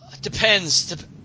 Depends